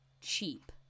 cheap